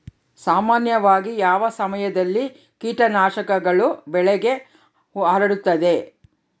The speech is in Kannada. ಸಾಮಾನ್ಯವಾಗಿ ಯಾವ ಸಮಯದಲ್ಲಿ ಕೇಟನಾಶಕಗಳು ಬೆಳೆಗೆ ಹರಡುತ್ತವೆ?